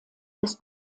ist